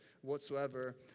whatsoever